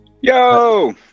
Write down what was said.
yo